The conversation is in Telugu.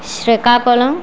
శ్రీకాకుళం